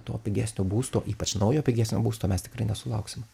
to pigesnio būsto ypač naujo pigesnio būsto mes tikrai nesulauksim